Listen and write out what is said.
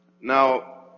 Now